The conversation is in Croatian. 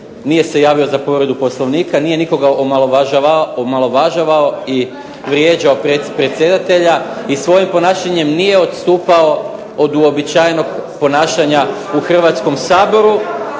nije se javio za povredu Poslovnika, nije nikoga omalovažavao i vrijeđao predsjedatelja i svojim ponašanjem nije odstupao od uobičajenog ponašanja u Hrvatskom saboru,